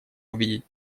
увидеть